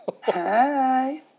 Hi